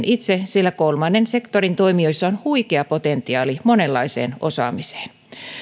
itse sillä kolmannen sektorin toimijoissa on huikea potentiaali monenlaiseen osaamiseen